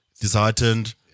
disheartened